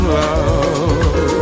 love